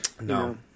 no